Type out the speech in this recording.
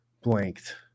Blanked